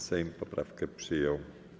Sejm poprawkę przyjął.